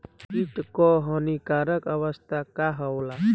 कीट क हानिकारक अवस्था का होला?